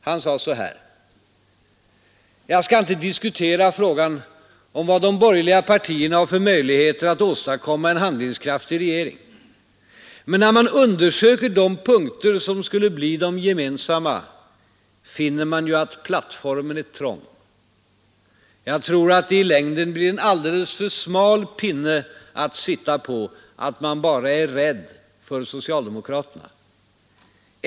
Han sade så här: ”Jag skall inte diskutera frågan om vad de borgerliga partierna har för möjligheter att åstadkomma en handlingskraftig regering. Men när man undersöker de punkter, som skulle bli de gemensamma, finner man ju, att plattformen är trång. Jag tror, att det i längden blir en alldeles för smal pinne att sitta på, att man bara är rädd för socialdemokraterna.